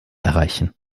erreichen